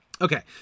Okay